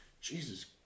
Jesus